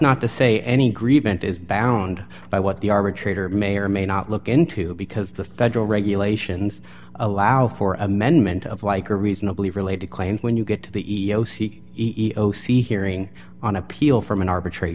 not to say any greed bent is bound by what the arbitrator may or may not look into because the federal regulations allow for amendment of like a reasonably related claim when you get to the e o c e o c hearing on appeal from an arbitra